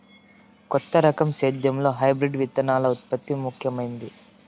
కొత్త రకం సేద్యంలో హైబ్రిడ్ విత్తనాల ఉత్పత్తి ముఖమైంది